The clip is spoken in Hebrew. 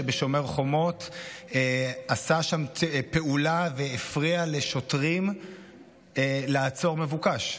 שבשומר חומות עשה שם פעולה והפריע לשוטרים לעצור מבוקש,